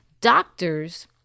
Doctors